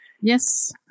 Yes